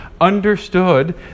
understood